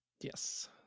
yes